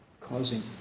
causing